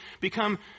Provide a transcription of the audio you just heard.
become